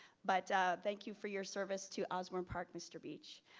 but thank you for your service to osbourn park mr. beech.